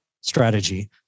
Strategy